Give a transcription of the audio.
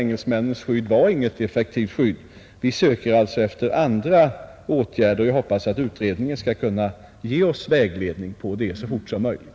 Engelsmännens skydd var ju inget effektivt skydd. Vi söker alltså efter andra åtgärder, och jag hoppas att utredningen skall kunna ge oss vägledning på den punkten så fort som möjligt.